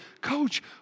Coach